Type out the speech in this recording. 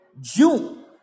June